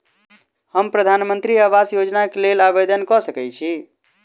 हम प्रधानमंत्री आवास योजना केँ लेल आवेदन कऽ सकैत छी?